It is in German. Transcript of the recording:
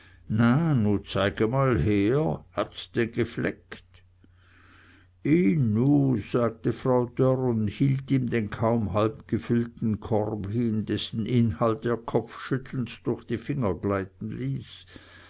zeige mal her hat's denn gefleckt i nu sagte frau dörr und hielt ihm den kaum halb gefüllten korb hin dessen inhalt er kopfschüttelnd durch die finger gleiten ließ